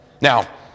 now